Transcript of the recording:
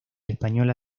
española